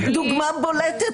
דוגמה בולטת.